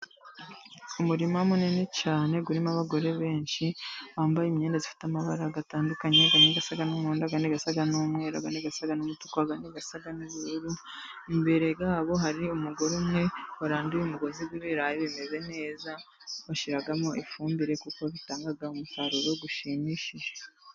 Umurima munini cyane urimo abagore benshi bambaye imyenda ifite amabara atandukanye amwe asa n'umuhondo, andi asa n'umweru, andi asa n'umutuku, andi asa n'ubururu. Imbere yabo hari umugore umwe, waranduye umugozi w'ibirayi bimeze neza, bashyiramo ifumbire kuko bitanga umusaruro ushimishije.